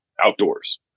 outdoors